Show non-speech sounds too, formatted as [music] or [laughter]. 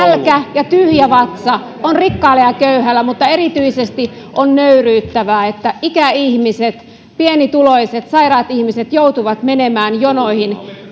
ja tyhjä vatsa ovat rikkaalla ja köyhällä mutta erityisesti on nöyryyttävää että ikäihmiset pienituloiset sairaat ihmiset joutuvat menemään jonoihin [unintelligible]